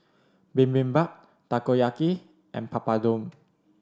Bibimbap Takoyaki and Papadum